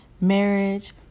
marriage